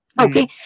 Okay